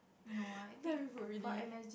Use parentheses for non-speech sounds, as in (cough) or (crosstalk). (breath) already